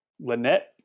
Lynette